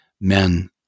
men